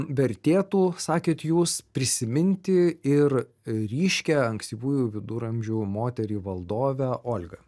vertėtų sakėt jūs prisiminti ir ryškią ankstyvųjų viduramžių moterį valdovę olgą